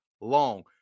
long